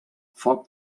foc